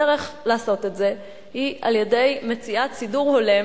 הדרך לעשות את זה היא על-ידי מציאת סידור הולם